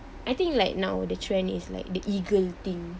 I think like now the trend is like the E girl thing